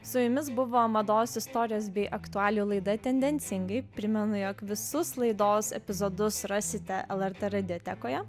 su jumis buvo mados istorijos bei aktualijų laida tendencingai primenu jog visus laidos epizodus rasite lrt radiotekoje